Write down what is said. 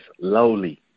lowly